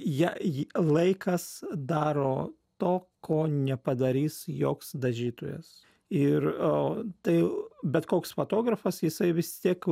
jei jį laikas daro to ko nepadarys joks dažytojas ir o tai bet koks fotografas jisai vis tiek